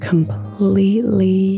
completely